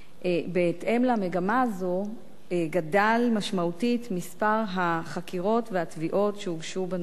בהתאם למגמה הזו גדל משמעותית מספר החקירות והתביעות שהוגשו בנושא.